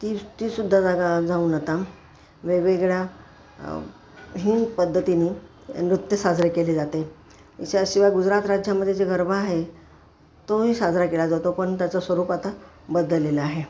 ती ती सुद्धा जागा जाऊन आता वेगवेगळ्या हीन पद्धतीने नृत्य साजरे केले जाते ज्या शिवाय गुजरात राज्यामध्ये जे गरबा आहे तो ही साजरा केला जातो पण त्याचं स्वरूप आता बदललेलं आहे